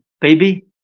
baby